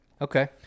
Okay